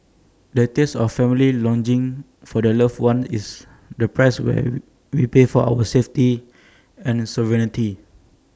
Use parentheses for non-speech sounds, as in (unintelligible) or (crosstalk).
the tears of families longing for their loved ones is the price (unintelligible) we pay for our safety (noise) and sovereignty